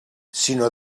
sinó